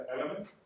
element